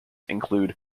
include